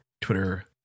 Twitter